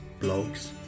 blogs